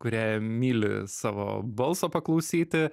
kurie myli savo balso paklausyti